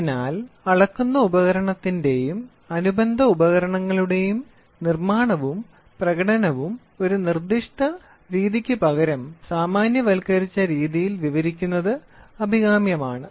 അതിനാൽ അളക്കുന്ന ഉപകരണത്തിന്റെയും അനുബന്ധ ഉപകരണങ്ങളുടെയും നിർമ്മാണവും പ്രകടനവും ഒരു നിർദ്ദിഷ്ട രീതിക്ക് പകരം സാമാന്യവൽക്കരിച്ച രീതിയിൽ വിവരിക്കുന്നത് അഭികാമ്യമാണ്